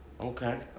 Okay